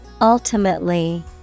Ultimately